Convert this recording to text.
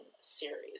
series